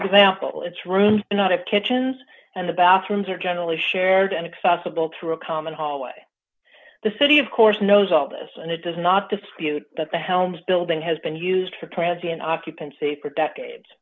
example it's rooms not of kitchens and the bathrooms are generally shared and accessible through a common hallway the city of course knows all this and it does not dispute that the helms building has been used for transient occupancy for decades